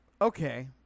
okay